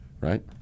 right